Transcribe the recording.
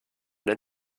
den